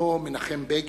כמו מנחם בגין,